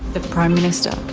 the prime minister?